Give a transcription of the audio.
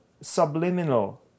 subliminal